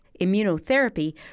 immunotherapy